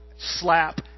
slap